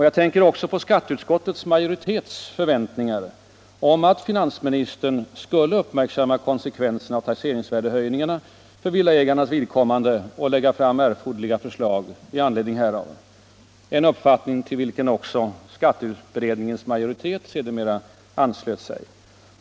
Jag tänker också på skatteutskottets majoritets förväntningar om att finansministern skulle uppmärksamma konsekvenserna av taxeringsvärdehöjningarna för villaägarnas vidkommande och lägga fram erforderliga förslag i anledning härav, en uppfattning till vilken också skatteutredningens majoritet sedermera anslöt sig.